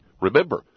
Remember